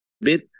bit